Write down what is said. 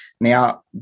Now